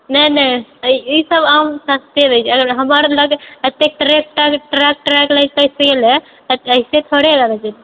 नहि नहि ई सब आम सस्ते रहै छै अगर हमर लग अतेक ट्रेक्टर ट्रक ट्रक लगितै सेले तऽ ऐसे थोड़ी रहबै